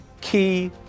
key